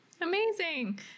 Amazing